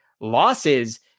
losses